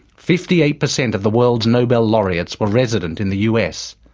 fifty eight percent of the world's nobel laureates were resident in the us.